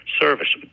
service